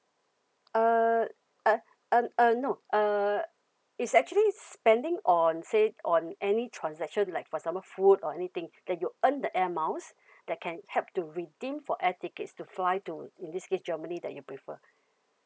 uh uh um uh no uh it's actually spending on say on any transaction like for example food or anything that you earn the air miles that can help to redeem for air tickets to fly to in this case germany that you prefer